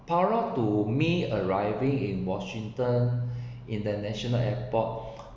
prior to me arriving in washington international airport